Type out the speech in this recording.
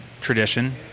tradition